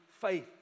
faith